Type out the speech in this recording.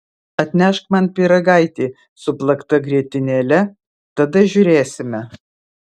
atnešk man pyragaitį su plakta grietinėle tada žiūrėsime